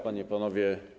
Panie i Panowie.